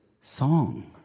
song